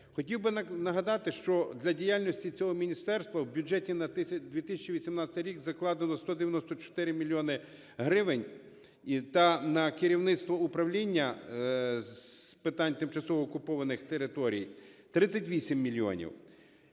Хотів би нагадати, що для діяльності цього міністерства в бюджеті на 2018 рік закладено 194 мільйони гривень та на керівництво Управління з питань тимчасово окупованих територій – 38 мільйонів.